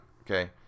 okay